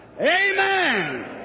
Amen